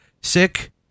Sick